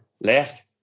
left